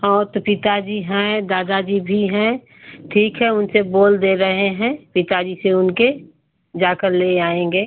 हाँ वो तो पिता जी हैं दादा जी भी हैं ठीक है उनसे बोल दे रहे हैं पिता जी से उनके जाकर ले आएँगे